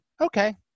okay